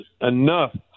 enough